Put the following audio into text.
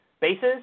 bases